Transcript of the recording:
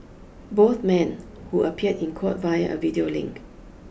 both men who appeared in court via a video link